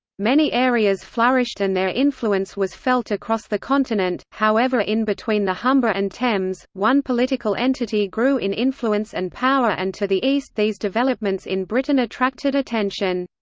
many areas flourished and their influence was felt across the continent, however in between the humber and thames, one political entity grew in influence and power and to the east these developments in britain attracted attention.